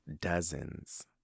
Dozens